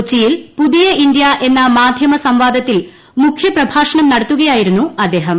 കൊച്ചിയിൽ പുതിയ ഇന്ത്യ എന്ന മാധ്യമ സംവാദത്തിൽ മൂഖ്യ പ്രഭാഷണം നടത്തുകയായിരുന്നു അദ്ദേഹം